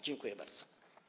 Dziękuję bardzo.